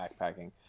backpacking